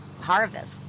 harvest